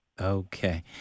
Okay